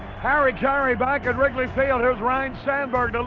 harry caray back at wrigley field. here's ryne sandberg to um